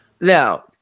now